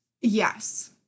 Yes